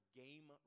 game